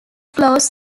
closed